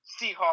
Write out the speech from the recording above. Seahawks